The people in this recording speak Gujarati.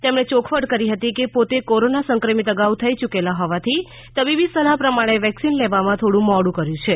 તેમણે ચોખવટ કરી હતી કે પોતે કોરોના સંક્રમિત અગાઉ થઈ યૂકેલા હોવાથી તબીબી સલાહ પ્રમાણે વેક્સિન લેવામાં થોડું મોડુ કર્યું છે